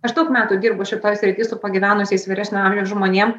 aš daug metų dirbu šitoj srity su pagyvenusiais vyresnio amžiaus žmonėm